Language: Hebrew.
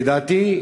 לדעתי,